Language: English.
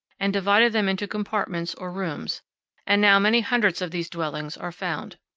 and divided them into compartments or rooms and now many hundreds of these dwellings are found.